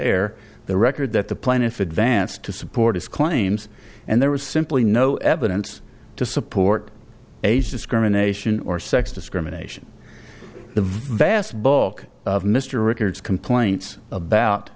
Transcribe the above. e the record that the plaintiff advanced to support his claims and there was simply no evidence to support age discrimination or sex discrimination the vast book of mr rickards complaints about